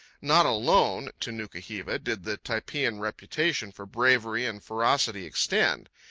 not alone to nuku-hiva did the typean reputation for bravery and ferocity extend.